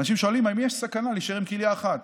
אנשים שואלים: האם יש סכנה להישאר עם כליה אחת?